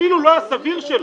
אפילו לא הסביר שלו,